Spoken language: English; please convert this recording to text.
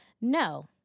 no